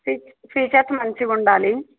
ఫీచ features మంచిగుండాలి